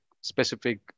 specific